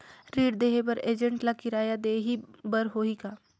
ऋण देहे बर एजेंट ला किराया देही बर होही का?